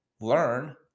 learn